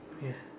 yeah